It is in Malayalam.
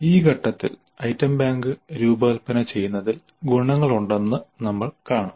ഈ ഘട്ടത്തിൽ ഐറ്റം ബാങ്ക് രൂപകൽപ്പന ചെയ്യുന്നതിൽ ഗുണങ്ങളുണ്ടെന്ന് നമ്മൾ കാണും